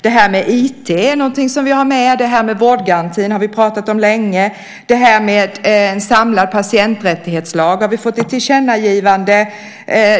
Det här med IT är någonting som vi har med. Vi har pratat om vårdgarantin länge. En samlad patienträttighetslag har vi fått ett tillkännagivande om.